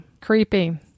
creepy